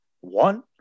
one